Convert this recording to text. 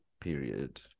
period